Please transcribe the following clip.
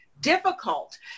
difficult